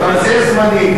אבל זה זמני.